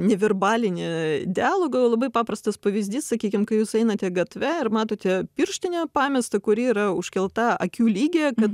neverbalinį dialogą labai paprastas pavyzdys sakykim kai jūs einate gatve ir matote pirštinę pamestą kuri yra užkelta akių lygyje kad